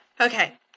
Okay